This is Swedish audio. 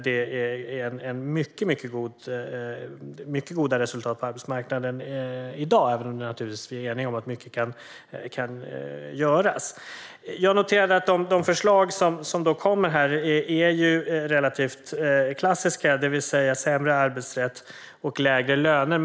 Däremot är det mycket goda resultat på arbetsmarknaden i dag, även om vi naturligtvis är eniga om att mycket kan göras. Jag noterade att de förslag som framfördes här är relativt klassiska, det vill säga sämre arbetsrätt och lägre löner.